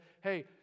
hey